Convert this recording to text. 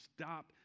stop